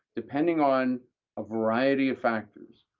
depending on a variety of factors,